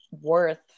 worth